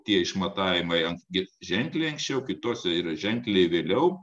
tie išmatavimai ant gi ženkliai anksčiau kituose yra ženkliai vėliau